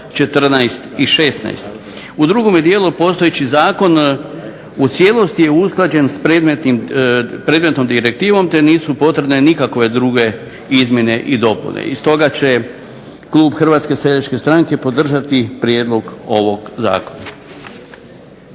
U drugome dijelu postojeći zakon u cijelosti je usklađen s predmetnom direktivom te nisu potrebne nikakve druge izmjene i dopune. I stoga će klub HSS-a podržati prijedlog ovoga zakona.